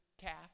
calf